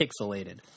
pixelated